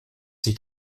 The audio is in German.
sich